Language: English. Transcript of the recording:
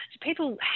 people